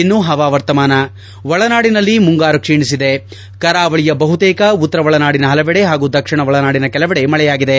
ಇನ್ನು ಹವಾವರ್ತಮಾನ ಒಳನಾಡಿನಲ್ಲಿ ಮುಂಗಾರು ಕ್ಷೀಣಿಸಿದೆ ಕರಾವಳಿಯ ಬಹುತೇಕ ಉತ್ತರ ಒಳನಾಡಿನ ಪಲವೆಡೆ ಹಾಗೂ ದಕ್ಷಿಣ ಒಳನಾಡಿನ ಕೆಲವೆಡೆ ಮಳೆಯಾಗಿದೆ